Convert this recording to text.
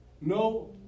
no